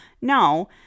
No